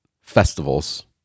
festivals